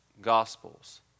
Gospels